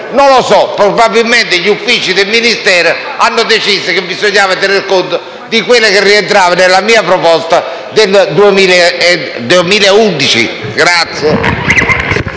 parere. Probabilmente gli uffici del Ministero hanno deciso che bisognava tenere conto di ciò che rientrava nella mia proposta del 2011.